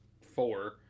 four